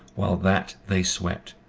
while that they sweat,